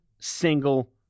single